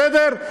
בסדר?